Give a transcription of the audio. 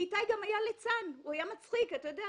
כי איתי גם היה ליצן, הוא היה מצחיק, אתה יודע,